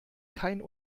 kein